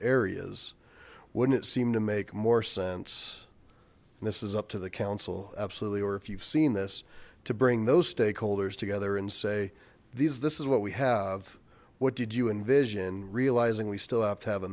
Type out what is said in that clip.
areas wouldn't it seem to make more sense and this is up to the council absolutely or if you've seen this to bring those stakeholders together and say these this is what we have what did you envision realizing we still have to have a